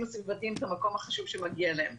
הסביבתיים את המקום החשוב שמגיע להם